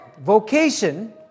vocation